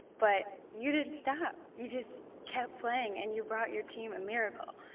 but you didn't stop. you just kept playing, and you brought your team a miracle.